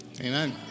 Amen